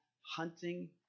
hunting